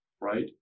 right